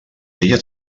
ella